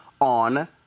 on